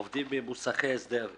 עובדים עם מוסכי הסדר,